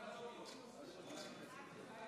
בשמחה.